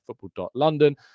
football.london